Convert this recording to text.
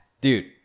dude